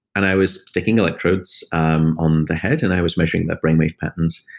and i was sticking electrodes um on the head, and i was measuring their brainwave patterns.